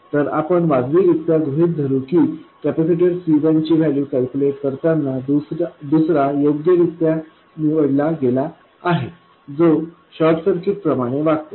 तर आपण वाजवी रित्या गृहित धरू की कॅपेसिटर C1 ची व्हॅल्यू कॅल्क्युलेट करताना दुसरा योग्यरित्या निवडला गेला आहे जो शॉर्ट सर्किट प्रमाणे वागतो